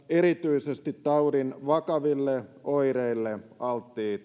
erityisesti taudin vakaville oireille alttiit